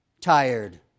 tired